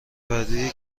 بعدی